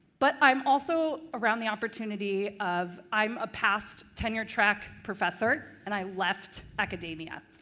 but i'm also around the opportunity of i'm a past tenure-track professor, and i left academia,